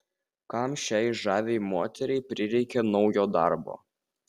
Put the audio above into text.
kam šiai žaviai moteriai prireikė naujo darbo